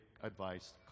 advice